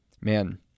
Man